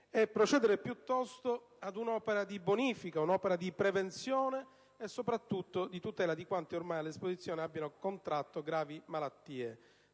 procedere piuttosto ad un'opera di bonifica, prevenzione e soprattutto tutela di quanti ormai dalle esposizioni abbiano contratto gravi malattie.